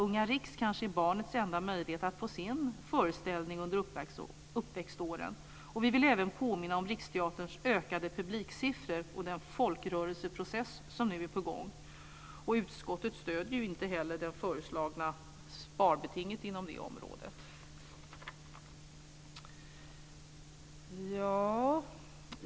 Unga Riks är kanske barnets enda möjlighet att få se en föreställning under uppväxtåren. Vi vill även påminna om Riksteaterns ökade publiksiffror och den folkrörelseprocess som nu är på gång. Utskottet stöder inte heller det föreslagna sparbetinget inom det området.